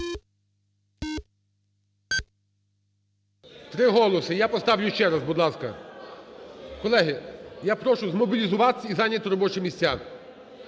3 голоси. Я поставлю ще раз, будь ласка. Колеги, я прошу змобілізуватись і зайняти робочі місця.